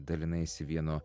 dalinaisi vieno